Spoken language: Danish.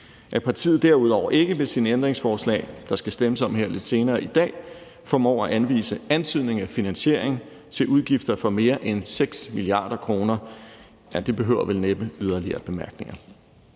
At partiet derudover ikke ved sine ændringsforslag, der skal stemmes om lidt senere her i dag, formår at anvise antydningen af finansiering til udgifter for mere end 6 mia. kr., ja, det behøver vel næppe yderligere bemærkninger.